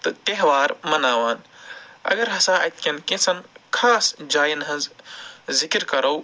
تہٕ تہوار مناوان اَگر ہسا اَتہِ کٮ۪ن کیٚنژھَن خاص جایَن ہٕنٛز ذِکِر کَرَو